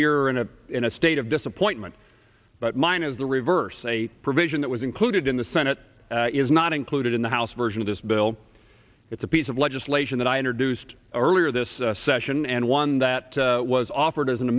here and in a state of disappointment but mine is the reverse a provision that was included in the senate is not included in the house version of this bill it's a piece of legislation that i introduced earlier this session and one that was offered as an